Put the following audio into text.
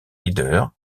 leader